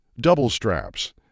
Double-straps